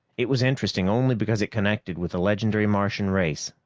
it was interesting only because it connected with the legendary martian race,